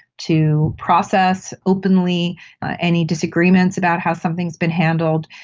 to process openly any disagreements about how something has been handled,